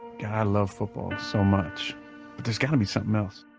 god i love football so much. but there's gotta be something else.